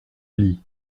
lits